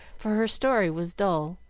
for her story was dull,